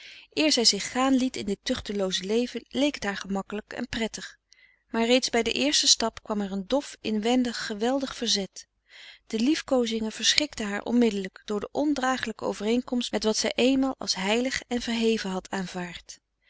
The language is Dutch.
eer zij zich gaan liet in dit tuchtelooze leven leek het haar gemakkelijk en prettig maar reeds bij den eersten stap kwam er een dof inwendig geweldig verzet de liefkoozingen verschrikten haar onmiddelijk door de ondragelijke overeenkomst met wat zij eenmaal als heilig en verheven had aanvaard